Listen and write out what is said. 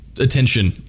attention